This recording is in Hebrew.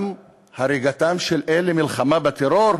גם הריגתן של אלה היא מלחמה בטרור?